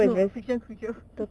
no a fiction creature